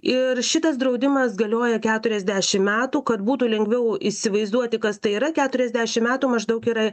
ir šitas draudimas galioja keturiasdešim metų kad būtų lengviau įsivaizduoti kas tai yra keturiasdešim metų maždaug yra